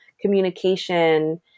communication